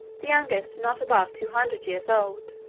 the youngest not above two hundred years old,